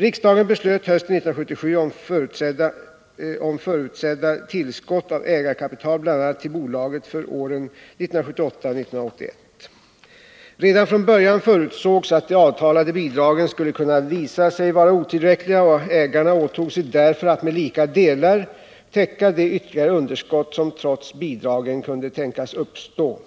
Riksdagen beslöt hösten 1977 om förutsedda tillskott av ägarkapital m.m. till bolaget för åren 1978-1981. Redan från början förutsågs att de avtalade bidragen skulle kunna visa sig vara otillräckliga, och ägarna åtog sig därför att med lika delar täcka de ytterligare underskott som trots bidragen kunde tänkas uppstå.